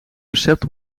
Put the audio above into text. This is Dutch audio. recept